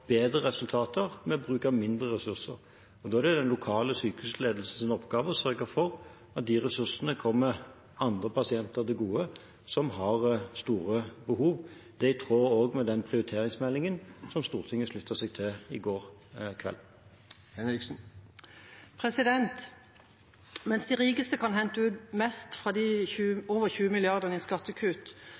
bedre resultater ved bruk av mindre ressurser. Da er det den lokale sykehusledelsens oppgave å sørge for at de ressursene kommer andre pasienter som har store behov, til gode. Det er i tråd også med den prioriteringsmeldingen som Stortinget sluttet seg til i går kveld. Mens de rikeste kan hente ut mest fra de over 20 milliardene i skattekutt,